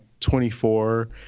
24